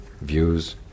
views